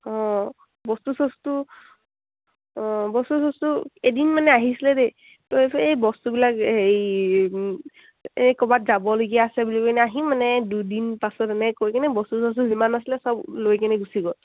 অঁ বস্তু চস্তু অঁ বস্তু চস্তু এদিন মানে আহিছিলে দেই তো এই বস্তুবিলাক সেই এই ক'ৰবাত যাবলগীয়া আছে বুলি কেনে আহিম মানে দুদিন পাছত এনেকৈ কৈ কিনে বস্তু চস্তু যিমান আছিলে চব লৈ কেনে গুচি গ'ল